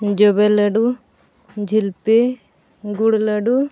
ᱡᱚᱵᱮ ᱞᱟᱹᱰᱩ ᱡᱷᱤᱞᱯᱤ ᱜᱩᱲ ᱞᱟᱹᱰᱩ